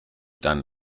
than